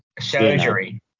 surgery